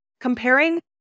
comparing